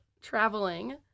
traveling